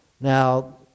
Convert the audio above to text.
Now